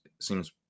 seems